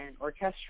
orchestral